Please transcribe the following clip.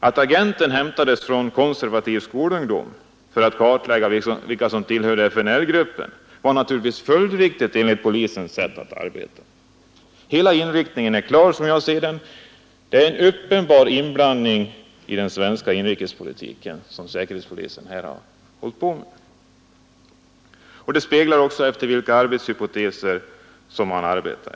Att agenten hämtades från konservativ skolungdom för att klarlägga vilka som tillhörde FNL-gruppen var naturligtvis fullt riktigt enligt polisens sätt att arbeta. Hela inriktningen är klar: Det är en uppenbar inblandning i den svenska inrikespolitiken från säkerhetspolisens sida. Det speglar också efter vilka hypoteser man arbetar.